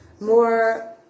more